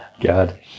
God